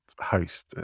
host